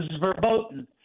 verboten